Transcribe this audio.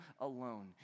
alone